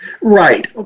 Right